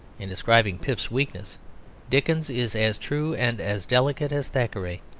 in describing pip's weakness dickens is as true and as delicate as thackeray.